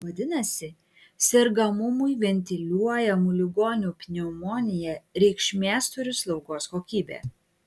vadinasi sergamumui ventiliuojamų ligonių pneumonija reikšmės turi slaugos kokybė